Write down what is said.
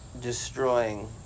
destroying